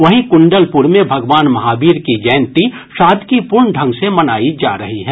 वहीं कुंडलपुर में भगवान महावीर की जयंती सादगीपूर्ण ढंग से मनाई जा रही है